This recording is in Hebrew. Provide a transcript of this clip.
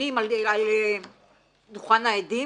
קצינים על דוכן העדים